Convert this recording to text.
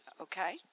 Okay